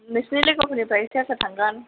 नोंसिनि लोगोफोरनिफ्राय सोर सोर थांगोन